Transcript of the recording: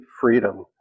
freedom